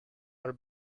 are